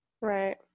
right